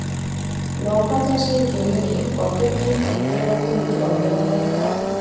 লঙ্কা চাষের জন্যে কতদিন অন্তর অন্তর জল দেওয়া দরকার?